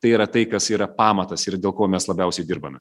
tai yra tai kas yra pamatas ir dėl ko mes labiausiai dirbame